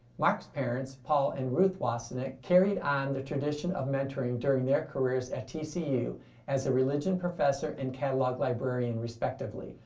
mark's parents, paul and ruth wassenich, carried on the tradition of mentoring during their careers at tcu as a religion professor and catalog librarian respectively.